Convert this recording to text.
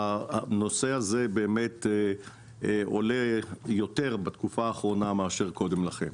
הנושא הזה עולה יותר בתקופה האחרונה מאשר קודם לכן.